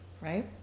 Right